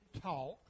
talk